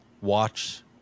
watch